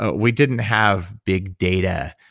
ah we didn't have big data.